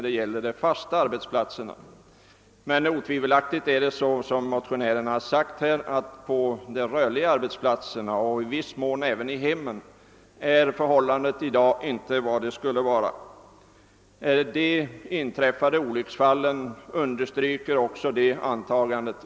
Men på de rörliga arbetsplatserna och i viss mån även i hemmen är otvivelaktigt, som motionärerna sagt, förhållandet i dag inte vad det skulle vara. De inträffade olycksfallen understryker också det antagandet.